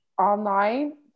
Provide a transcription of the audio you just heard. online